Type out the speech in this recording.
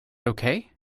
okay